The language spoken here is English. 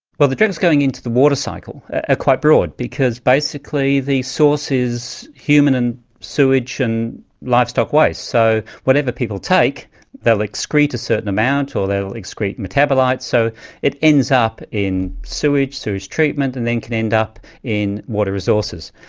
well the drugs going into the water cycle are ah quite broad because basically the source is human and sewage and livestock waste, so whatever people take they'll excrete a certain amount, or they'll excrete metabolites so it ends up in sewage through its treatment and then can end up in water resources.